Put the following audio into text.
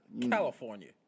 California